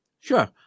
Sure